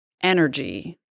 energy